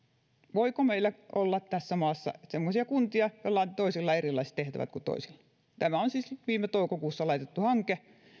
voiko meillä olla tässä maassa semmoisia kuntia joilla toisilla on erilaiset tehtävät kuin toisilla tämä on siis viime toukokuussa laitettu hanke